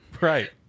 Right